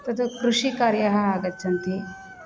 तत् कृषिकार्यं आगच्छति